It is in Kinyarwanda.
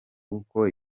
uko